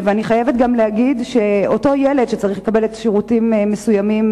אני חייבת גם להגיד שאותו ילד שצריך לקבל שירותים מסוימים,